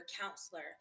counselor